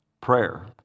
Prayer